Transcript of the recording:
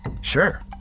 Sure